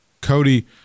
Cody